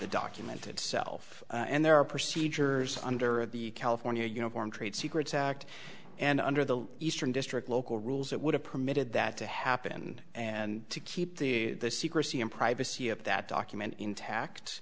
the document itself and there are procedures under the california you know foreign trade secrets act and under the eastern district local rules that would have permitted that to happen and to keep the secrecy and privacy of that document intact